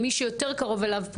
או מי שיותר קרוב אליו,